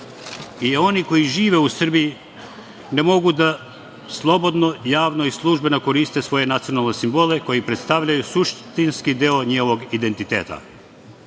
i oni koji žive u Srbiji ne mogu da slobodno, javno i službeno koriste svoje nacionalne simbole, koji predstavljaju suštinski deo njihovog identiteta? Svi